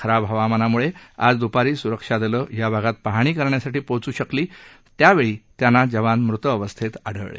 खराब हवामानामुळे आज दुपारी सुरक्षादलं या भागात पाहणी करण्यासाठी पोहोचू शकली त्यावेळी त्यांना जवान मृतअवस्थेत आढळले